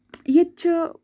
ییٚتہِ چھِ